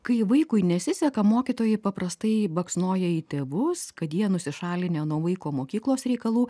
kai vaikui nesiseka mokytojai paprastai baksnoja į tėvus kad jie nusišalinę nuo vaiko mokyklos reikalų